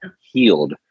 healed